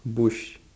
bush